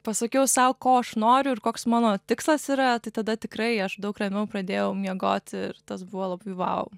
pasakiau sau ko aš noriu ir koks mano tikslas yra tai tada tikrai aš daug ramiau pradėjau miegoti ir tas buvo labai vau